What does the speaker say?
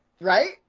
Right